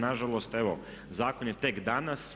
Nažalost, evo zakon je tek danas.